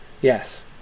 Yes